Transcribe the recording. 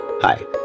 Hi